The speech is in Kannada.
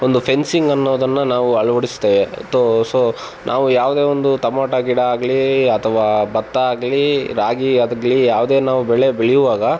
ಒಂದು ಫೆನ್ಸಿಂಗ್ ಅನ್ನೋದನ್ನು ನಾವು ಅಳವಡಿಸ್ತೇವೆ ತೋ ಸೊ ನಾವು ಯಾವುದೇ ಒಂದು ತಮೋಟೊ ಗಿಡ ಆಗಲೀ ಅಥವಾ ಭತ್ತ ಆಗಲೀ ರಾಗಿ ಹದಗ್ಲೀ ಯಾವುದೇ ನಾವು ಬೆಳೆ ಬೆಳೆಯುವಾಗ